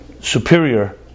superior